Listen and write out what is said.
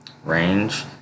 range